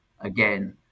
again